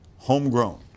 Homegrown